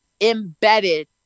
embedded